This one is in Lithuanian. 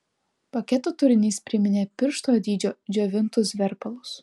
paketo turinys priminė piršto dydžio džiovintus verpalus